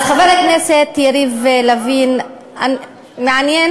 אז, חבר הכנסת יריב לוין, מעניין